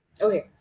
Okay